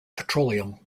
petroleum